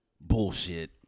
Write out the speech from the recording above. Bullshit